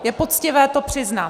Je poctivé to přiznat.